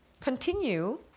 Continue